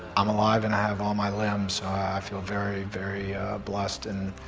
i'm alive and i have all my limbs. i feel very very blessed. and